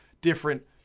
different